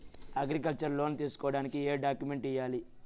Agriculture loan తీసుకోడానికి ఏం డాక్యుమెంట్లు ఇయ్యాలి?